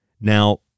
Now